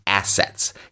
assets